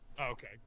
Okay